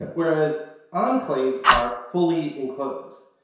whereas enclaves are fully enclosed.